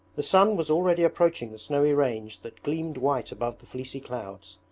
the sun was already approaching the snowy range that gleamed white above the fleecy clouds.